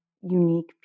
unique